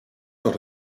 got